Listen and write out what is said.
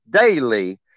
daily